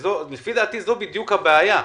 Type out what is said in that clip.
לדעתי, זאת בדיוק הבעיה.